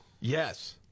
Yes